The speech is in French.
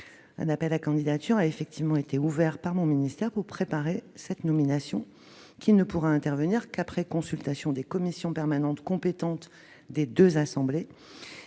Un appel à candidatures a été ouvert par mon ministère afin de préparer cette nomination, laquelle ne pourra intervenir qu'après consultation des commissions permanentes compétentes des deux assemblées.